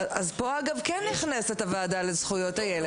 פה אגב כן נכנסת הוועדה לזכויות הילד,